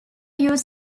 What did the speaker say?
use